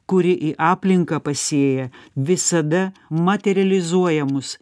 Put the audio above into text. kuri į aplinką pasėja visada materializuoja mus